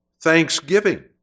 thanksgiving